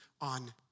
on